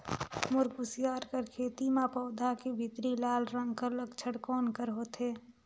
मोर कुसियार कर खेती म पौधा के भीतरी लाल रंग कर लक्षण कौन कर होथे?